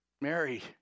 Mary